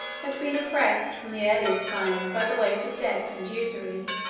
had been oppressed from the earliest times by the weight of debt and usury